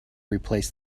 replace